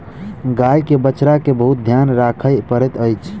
गाय के बछड़ा के बहुत ध्यान राखअ पड़ैत अछि